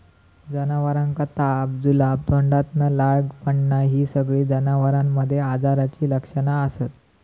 जनावरांका ताप, जुलाब, तोंडातना लाळ पडना हि सगळी जनावरांमध्ये आजाराची लक्षणा असत